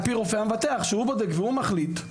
על פי הרופא המבטח שבודק ומחליט,